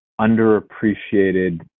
underappreciated